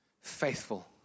Faithful